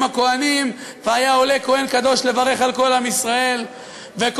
הכוהנים והיה עולה כוהן קדוש לברך על כל עם ישראל וקושר